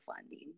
funding